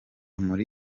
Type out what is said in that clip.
muri